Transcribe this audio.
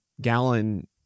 Gallon